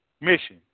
mission